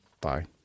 Bye